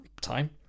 time